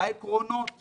העקרונות הם: